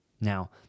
Now